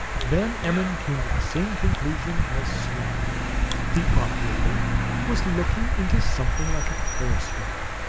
van emmon came to the same conclusion as smith the operator was looking into something like a periscope.